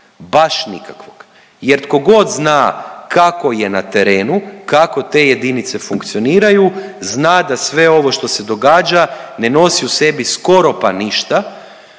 baš nikakvog. Jer tkogod zna kako je na terenu, kako te jedinice funkcioniraju zna da sve ovo što se događa ne nosi u sebi skoro pa ništa